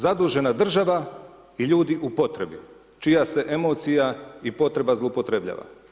Zadužena država i ljudi u potrebi čija se emocija i potreba zloupotrjebljava.